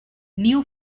new